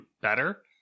better